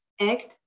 act